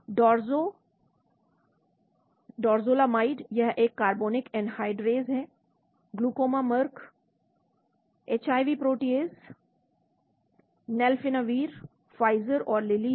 dorzolamide यह एक carbonic anhydrase है glaucoma Merck HIV protease nelfinavir Pfizer और लिली है